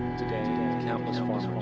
today countless